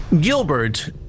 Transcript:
Gilbert